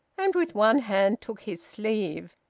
and with one hand took his sleeve.